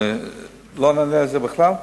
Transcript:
נענה על זה בכלל?